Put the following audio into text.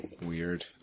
Weird